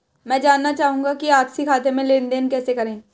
मैं जानना चाहूँगा कि आपसी खाते में लेनदेन कैसे करें?